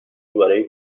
برای